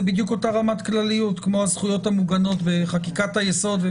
בדיוק אותה רמת כלליות כמו הזכויות המוגנות בחקיקת היסוד.